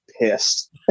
pissed